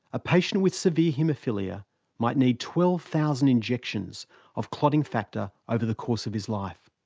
a patient with severe haemophilia might need twelve thousand injections of clotting factor over the course of his life.